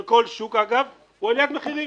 של כל שוק - הוא עליית מחירים.